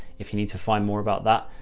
if you need to find more about that,